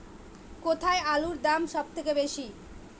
কোথায় আলুর দাম সবথেকে বেশি?